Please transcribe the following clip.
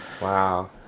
Wow